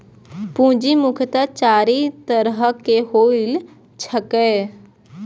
पूंजी मुख्यतः चारि तरहक होइत छैक